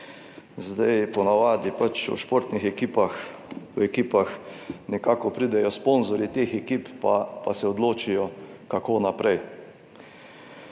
Zdaj po navadi v športnih ekipah nekako, pridejo sponzorji teh ekip, pa pa se odločijo, kako naprej.